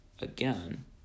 again